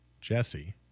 Jesse